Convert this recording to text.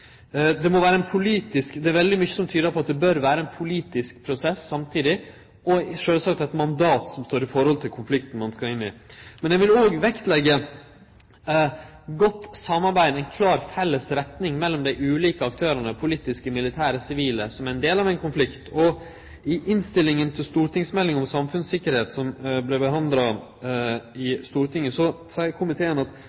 Det er veldig mykje som tyder på at det bør vere ein politisk prosess samtidig, og sjølvsagt eit mandat som står i forhold til konflikten ein skal inn i. Men eg vil òg vektleggje godt samarbeid, ei klar felles retning mellom dei ulike aktørane – politiske, militære, sivile – som ein del av ein konflikt. I innstillinga til stortingsmeldinga om samfunnssikkerheit, som vart behandla